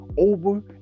over